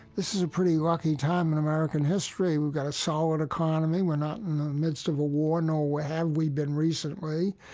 this is a pretty lucky time in american history. we've got a solid economy. we're not in the midst of a war nor have we been recently.